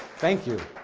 thank you.